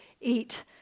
eat